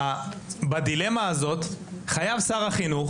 בדילמה הזאת חייב שר החינוך,